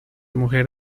mujer